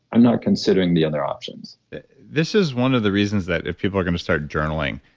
i'm not considering the other options this is one of the reasons that if people are going to start journaling,